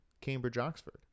Cambridge-Oxford